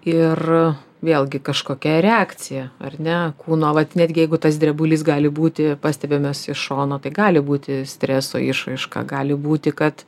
ir vėlgi kažkokia reakcija ar ne kūno vat netgi jeigu tas drebulys gali būti pastebimas iš šono tai gali būti streso išraiška gali būti kad